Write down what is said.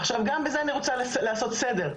עכשיו, גם בזה אני רוצה לעשות סדר.